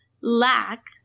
lack